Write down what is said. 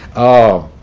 oh,